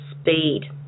speed